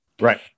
Right